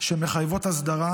שמחייבות הסדרה.